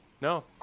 No